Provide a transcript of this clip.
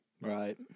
Right